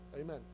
Amen